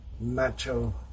macho